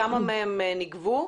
כמה מהם נגבו?